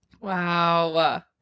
Wow